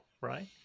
right